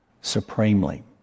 supremely